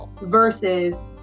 versus